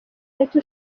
leta